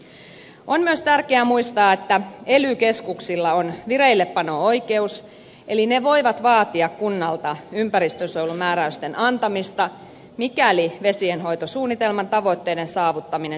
on myös tärkeää muistaa että ely keskuksilla on vireillepano oikeus eli ne voivat vaatia kunnalta ympäristönsuojelumääräysten antamista mikäli vesienhoitosuunnitelman tavoitteiden saavuttaminen sitä edellyttää